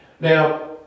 Now